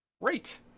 Great